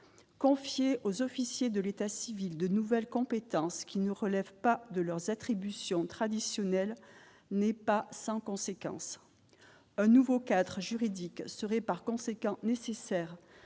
confiée aux officiers de l'état civil de nouvelles compétences qui ne relève pas de leurs attributions traditionnelles n'est pas sans conséquences un nouveau cadre juridique serait par conséquent nécessaire